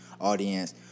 audience